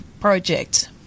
project